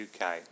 UK